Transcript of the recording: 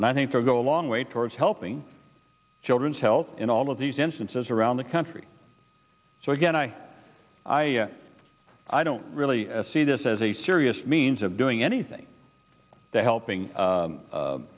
and i think they'll go a long way towards helping children's health in all of these instances around the country so again i i i don't really see this as a serious means of doing anything to helping